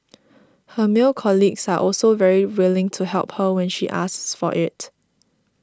her male colleagues are also very willing to help her when she asks for it